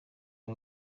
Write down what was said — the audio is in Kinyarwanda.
uyu